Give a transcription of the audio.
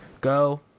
go